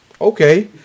Okay